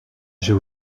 j’ai